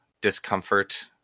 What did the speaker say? discomfort